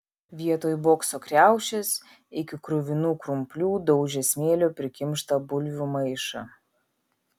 vietoj bokso kriaušės iki kruvinų krumplių daužė smėlio prikimštą bulvių maišą